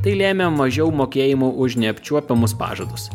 tai lėmė mažiau mokėjimų už neapčiuopiamus pažadus